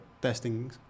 testing